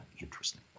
interesting